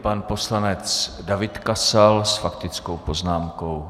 Pan poslanec David Kasal s faktickou poznámkou.